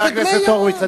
חבר הכנסת הורוביץ,